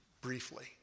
briefly